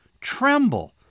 tremble